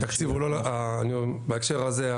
התקציב הוא לא בהקשר הזה,